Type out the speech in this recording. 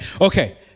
Okay